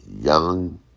young